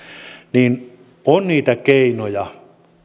on keinoja